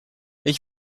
ich